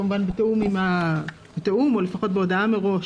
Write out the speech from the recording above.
כמובן בתיאום או לפחות בהודעה מראש.